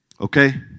Okay